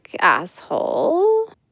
asshole